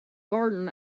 garden